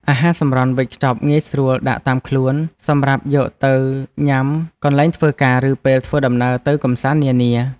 អាហារសម្រន់វេចខ្ចប់ងាយស្រួលដាក់តាមខ្លួនសម្រាប់យកទៅញ៉ាំនៅកន្លែងធ្វើការឬពេលធ្វើដំណើរទៅកម្សាន្តនានា។